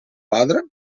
padre